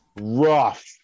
rough